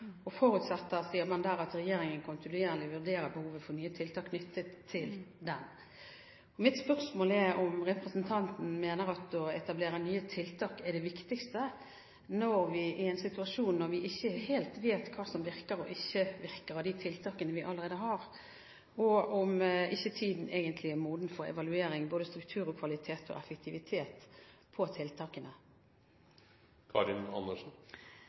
og «forutsetter at regjeringen kontinuerlig vurderer behovet for nye tiltak knyttet til den». Mitt spørsmål er om representanten mener at det å etablere nye tiltak er det viktigste i en situasjon der vi ikke helt vet hva som virker og ikke virker av de tiltakene vi allerede har, og om ikke tiden egentlig er moden for en evaluering av både struktur, kvalitet og effektivitet av tiltakene. Jo, det er behov for en gjennomgang av kvaliteten på tiltakene,